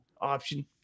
option